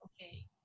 okay